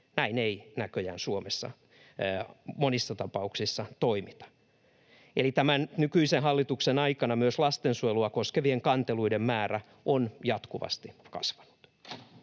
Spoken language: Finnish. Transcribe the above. Näin ei näköjään Suomessa monissa tapauksissa toimita. Eli tämän nykyisen hallituksen aikana myös lastensuojelua koskevien kanteluiden määrä on jatkuvasti kasvanut.